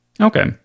okay